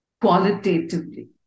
qualitatively